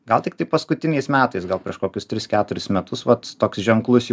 gal tiktai paskutiniais metais gal prieš kokius tris keturis metus vat toks ženklus